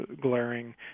glaring